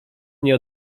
nie